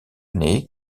année